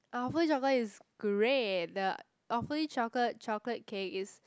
awfully-chocolate is great the awfully-chocolate chocolate cake is